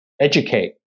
educate